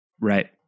right